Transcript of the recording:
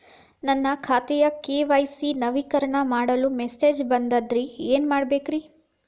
ನನ್ನ ಖಾತೆಯ ಕೆ.ವೈ.ಸಿ ನವೇಕರಣ ಮಾಡಲು ಮೆಸೇಜ್ ಬಂದದ್ರಿ ಏನ್ ಮಾಡ್ಬೇಕ್ರಿ?